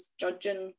judging